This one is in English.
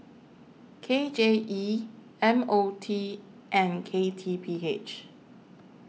K J E M O T and K T P H